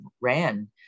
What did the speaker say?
ran